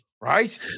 right